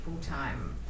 full-time